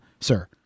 sir